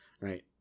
right